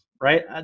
right